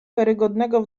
karygodnego